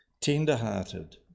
tender-hearted